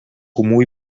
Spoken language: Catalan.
comú